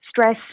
stress